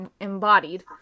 embodied